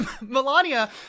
Melania